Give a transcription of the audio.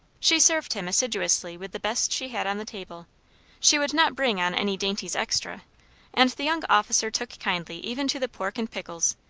she served him assiduously with the best she had on the table she would not bring on any dainties extra and the young officer took kindly even to the pork and pickles,